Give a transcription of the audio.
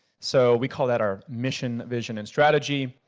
so we call that our mission, vision and strategy.